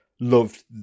loved